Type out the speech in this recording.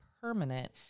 permanent